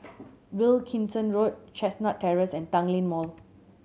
Wilkinson Road Chestnut Terrace and Tanglin Mall